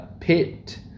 pit